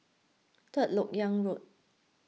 Third Lok Yang Road